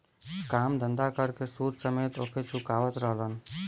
काम धंधा कर के सूद समेत ओके चुकावत रहलन